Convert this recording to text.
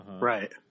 Right